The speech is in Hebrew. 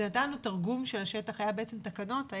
התרגום של השטח היה בעצם תקנות,